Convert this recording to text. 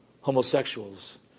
homosexuals